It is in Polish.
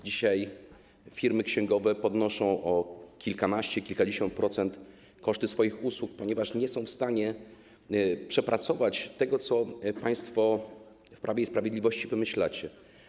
Dzisiaj firmy księgowe podnoszą o kilkanaście, kilkadziesiąt procent koszty swoich usług, ponieważ nie są w stanie przepracować tego, co państwo w Prawie i Sprawiedliwości wymyślacie.